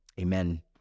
amen